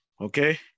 Okay